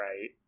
right